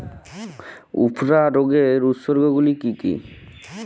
উফরা রোগের উপসর্গগুলি কি কি?